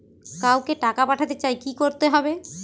কাউকে টাকা পাঠাতে চাই কি করতে হবে?